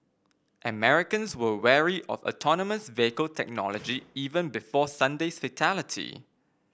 Americans were wary of autonomous vehicle technology even before Sunday's fatality